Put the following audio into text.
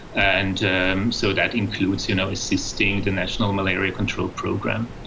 and so that includes you know a sustained national malaria control program.